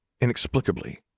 inexplicably